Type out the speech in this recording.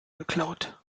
geklaut